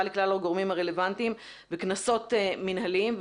לכלל הגורמים הרלוונטיים וקנסות מנהליים,